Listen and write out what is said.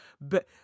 but-